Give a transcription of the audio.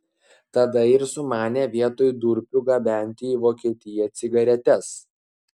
tada ir sumanė vietoj durpių gabenti į vokietiją cigaretes